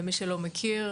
למי שלא מכיר,